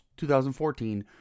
2014